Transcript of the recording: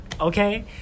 Okay